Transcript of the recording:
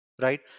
right